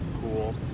Cool